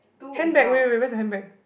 handbag wait wait wait where's the handbag